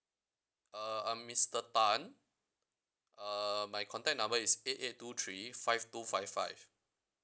uh I'm mister tan uh my contact number is eight eight two three five two five five